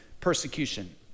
persecution